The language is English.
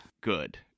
good